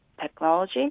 technology